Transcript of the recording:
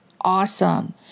awesome